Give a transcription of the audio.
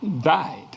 died